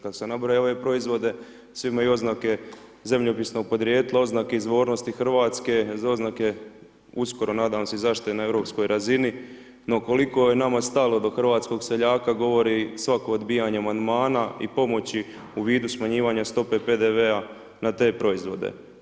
Kad sam nabrojao ove proizvode svi imaju oznake zemljopisnog podrijetla, oznake izvornosti Hrvatske, oznake uskoro nadam se i zaštite na europskoj razini, no koliko je nama stalo do hrvatskog seljaka govori svako odbijanje amandmana i pomoći u vidu smanjivanja stope PDV-a na te proizvode.